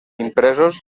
impresos